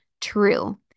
true